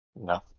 No